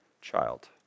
child